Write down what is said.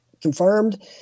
confirmed